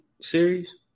series